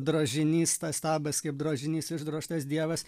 drožinys tas stabas kaip drožinys išdrožtas dievas